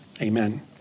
Amen